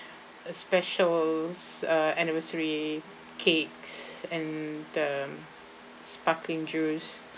a specials uh anniversary cakes and um sparkling juice